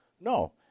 No